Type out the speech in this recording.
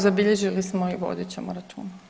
Zabilježili smo i vodit ćemo računa.